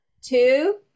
two